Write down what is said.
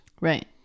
Right